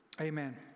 amen